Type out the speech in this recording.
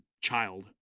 child